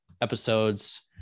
episodes